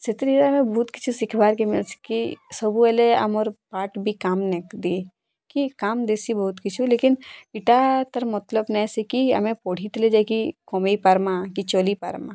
ସେଥିରେ ଆମେ ବହୁତ୍ କିଛି ଶିଖ୍ବାର୍କେ ମିଲ୍ସି କି ସବୁବେଲେ ଆମର୍ ପାଠ୍ ବି କାମ୍ ନାଇଁ ଦିଏ କି କାମ୍ ଦେସି ବହୁତ୍ କିଛୁ ଲେକିନ୍ ଇଟା ତା'ର୍ ମତଲବ୍ ନାଏଁସି କି ପାଠ୍ ପଢ଼ିଥିଲେ ଯାଇକି କମେଇପାର୍ମା କି ଚଲିପାର୍ମା